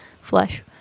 flesh